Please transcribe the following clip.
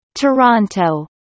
Toronto